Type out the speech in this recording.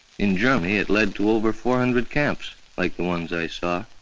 in germany, it led to over four hundred camps like the ones i saw.